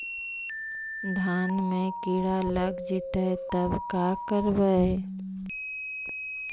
धान मे किड़ा लग जितै तब का करबइ?